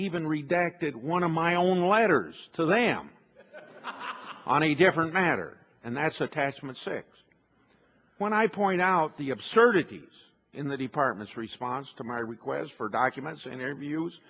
even redacted one of my own letters to them honey a different matter and that's attachment six when i point out the absurdities in the department's response to my requests for documents and interviews